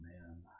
man